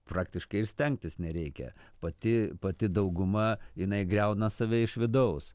praktiškai ir stengtis nereikia pati pati dauguma jinai griauna save iš vidaus